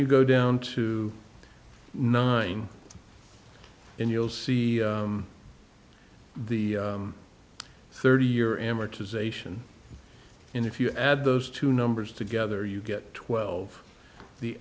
you go down to nine and you'll see the thirty year amortization and if you add those two numbers together you get twelve the